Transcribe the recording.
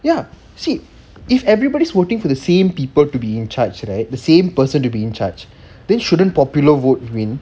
ya see if everybody's working for the same people to be in charge right the same person to be in charge then shouldn't popular vote win